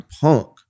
punk